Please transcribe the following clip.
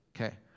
okay